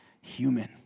human